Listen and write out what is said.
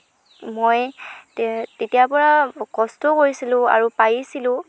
মই তেতিয়াৰ পৰা কষ্টও কৰিছিলোঁ আৰু পাৰিছিলোঁ